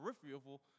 peripheral